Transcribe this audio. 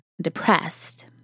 depressed